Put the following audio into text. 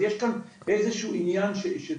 אז יש כאן איזה שהוא עניין שצריך,